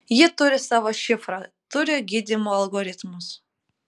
ji turi savo šifrą turi gydymo algoritmus